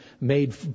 made